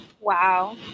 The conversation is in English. wow